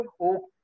hope